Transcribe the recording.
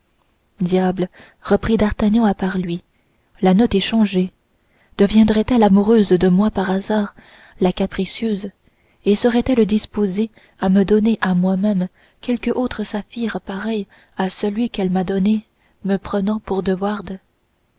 diable reprit d'artagnan à part lui la note est changée deviendrait-elle amoureuse de moi par hasard la capricieuse et serait-elle disposée à me donner à moi-même quelque autre saphir pareil à celui qu'elle m'a donné me prenant pour